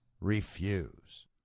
Refuse